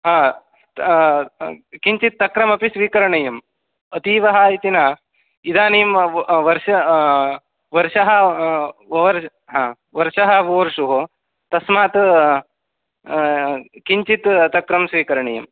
हा किञ्चित् तक्रमपि स्वीकरणीयम् अतीवः इति न इदानीं वर्ष वर्षः वर् वर्षः वूर्षुः तस्मात् किञ्चित् तक्रं स्वीकरणीयम्